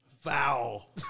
Foul